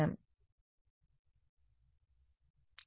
student sir కుడిచేతి వైపు ఏమిటి